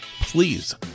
please